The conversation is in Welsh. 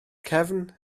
cefn